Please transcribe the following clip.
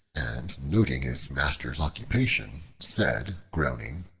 and noting his master's occupation, said, groaning